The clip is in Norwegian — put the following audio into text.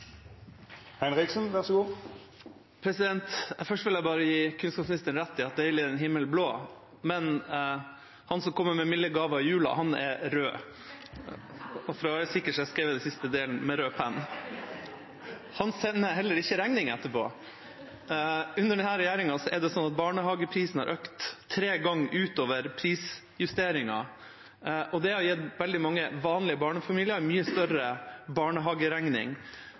himmel blå», men han som kommer med milde gaver i jula, er rød – for å være sikker har jeg skrevet den siste delen med rød penn. Han sender heller ikke regning etterpå. Under denne regjeringa har barnehageprisen økt tre ganger utover prisjusteringen. Det har gitt veldig mange vanlige barnefamilier en mye større barnehageregning.